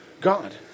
God